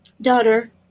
daughter